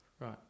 right